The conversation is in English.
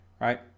right